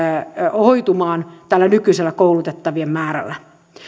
hoitumaan tällä nykyisellä koulutettavien määrällä